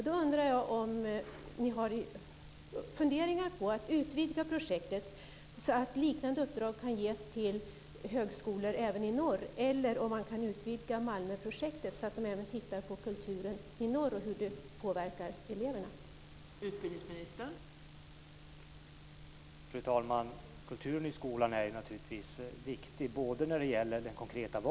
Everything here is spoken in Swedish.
Finns det funderingar på att utvidga projektet så att liknande uppdrag kan ges till högskolor även i norr, eller går det att utvidga Malmöprojektet att även titta på hur kulturen påverkar eleverna i norr?